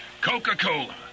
coca-cola